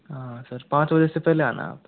हाँ सर पाँच बजे से पहले आना आप